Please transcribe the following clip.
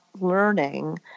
learning